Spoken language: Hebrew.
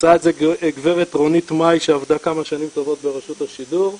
עושה את זה גב' רונית מאי שעבדה כמה שנים טובות ברשות השידור.